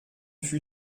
fut